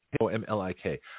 O-M-L-I-K